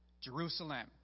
Jerusalem